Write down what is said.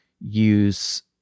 use